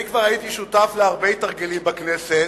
אני כבר הייתי שותף להרבה תרגילים בכנסת,